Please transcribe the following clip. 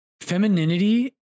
femininity